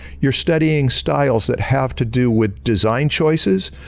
you're studying styles that have to do with design choices,